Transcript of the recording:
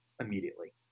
immediately